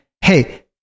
hey